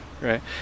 right